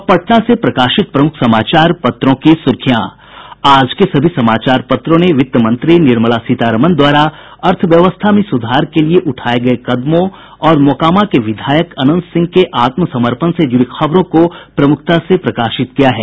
अब पटना से प्रकाशित प्रमुख समाचार पत्रों की सुर्खियां आज के सभी समाचार पत्रों ने वित्त मंत्री निर्मला सीतारमण द्वारा अर्थव्यवस्था में सुधार के लिये उठाये गये कदमों और मोकामा के विधायक अनंत सिंह के आत्मसमर्पण से जुड़ी खबरों को प्रमुखता से प्रकाशित किया है